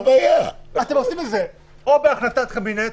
אתם עושים את זה או בהחלטת קבינט